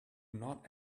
not